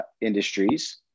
industries